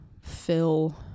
fill